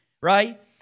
right